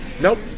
Nope